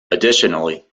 additionally